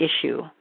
issue